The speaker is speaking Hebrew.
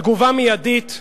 תגובה מיידית,